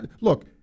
Look